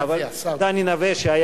דני נוה, השר.